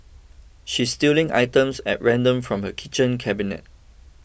she's stealing items at random from her kitchen cabinet